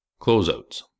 Closeouts